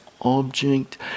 object